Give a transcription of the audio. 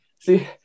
See